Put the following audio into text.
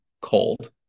cold